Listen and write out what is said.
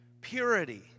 purity